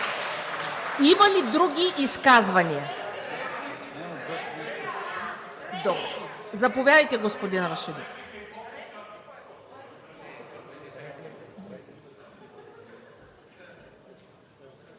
Има ли други изказвания? Заповядайте, господин Рашидов.